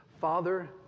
Father